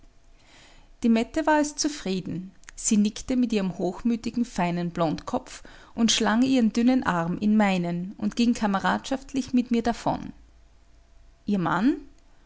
die mette war es zufrieden sie nickte mit ihrem hochmütigen feinen blondkopf und schlang ihren dünnen arm in meinen und ging kameradschaftlich mit mir davon ihr mann